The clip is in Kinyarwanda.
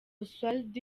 oswald